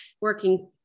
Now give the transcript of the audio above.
working